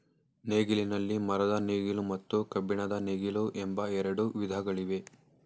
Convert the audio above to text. ನೇಗಿಲಿನಲ್ಲಿ ಮರದ ನೇಗಿಲು ಮತ್ತು ಕಬ್ಬಿಣದ ನೇಗಿಲು ಎಂಬ ಎರಡು ವಿಧಗಳಿವೆ